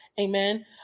Amen